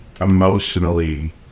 emotionally